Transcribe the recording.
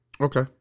Okay